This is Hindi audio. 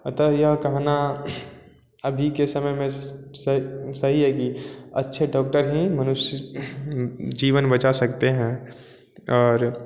अतः यह कहना अभी के समय में सही सही है कि अच्छे डॉक्टर ही मनुष्य के जीवन बचा सकते हैं और